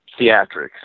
theatrics